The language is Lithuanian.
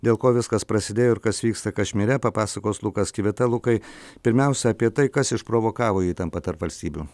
dėl ko viskas prasidėjo ir kas vyksta kašmyre papasakos lukas kvita lukai pirmiausia apie tai kas išprovokavo įtampą tarp valstybių